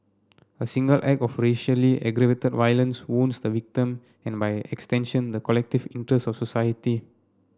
a single act of racially aggravated violence wounds the victim and by extension the collective interest of society